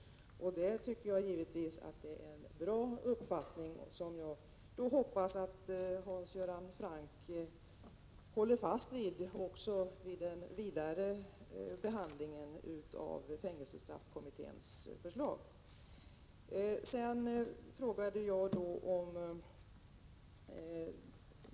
Det tycker jag givetvis är en bra uppfattning, som jag hoppas att Hans Göran Franck håller fast vid också vid den vidare behandlingen av fängelsestraffkommitténs förslag.